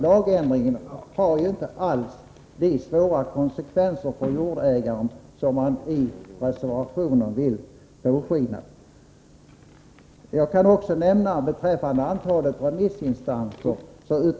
Lagändringen får ju inte alls de svåra konsekvenser för jordägaren som man låter påskina i reservationen.